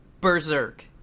berserk